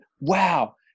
Wow